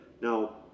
Now